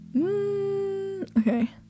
okay